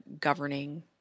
governing